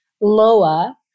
LOA